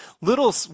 little